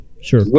sure